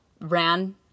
ran